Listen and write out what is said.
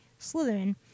Slytherin